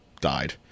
died